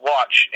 Watch